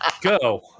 Go